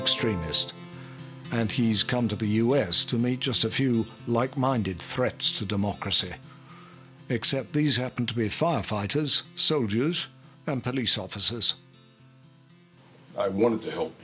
extremist and he's come to the us to meet just a few like minded threats to democracy except these happen to be a firefighter has so jews and police offices i wanted to help